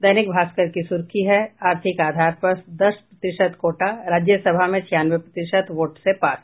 दैनिक भास्कर की सुर्खी है आर्थिक आधार पर दस प्रतिशत कोटा राज्यसभा में छियानवे प्रतिशत वोट से पास